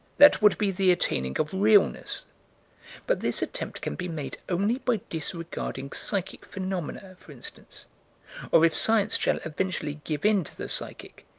that would be the attaining of realness but this attempt can be made only by disregarding psychic phenomena, for instance or, if science shall eventually give in to the psychic,